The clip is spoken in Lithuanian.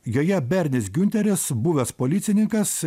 joje bernis giunteris buvęs policinikas